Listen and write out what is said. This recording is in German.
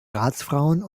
ratsfrauen